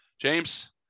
James